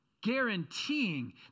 guaranteeing